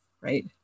right